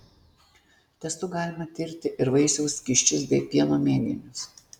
testu galima tirti ir vaisiaus skysčius bei pieno mėginius